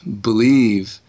believe